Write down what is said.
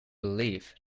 belief